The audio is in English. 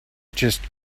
just